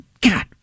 God